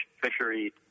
fishery